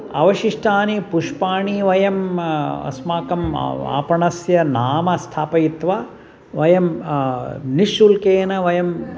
अवशिष्टानि पुष्पाणि वयम् अस्माकम् आपणस्य नाम स्थापयित्वा वयं निःशुल्केन वयं